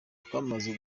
twamaze